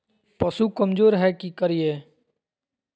पशु कमज़ोर है कि करिये?